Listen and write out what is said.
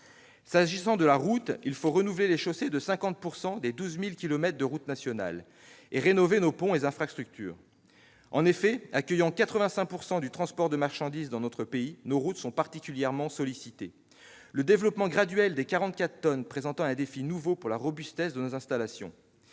S'agissant de la route, il faut renouveler 50 % des 12 000 kilomètres des routes nationales et rénover nos ponts et infrastructures. Parce qu'elles accueillent 85 % du transport de marchandises dans notre pays, nos routes sont particulièrement sollicitées, le développement graduel des 44 tonnes présentant un défi nouveau pour la robustesse de nos installations.